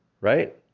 right